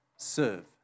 serve